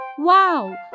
Wow